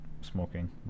smoking